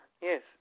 Yes